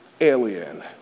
alien